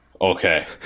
okay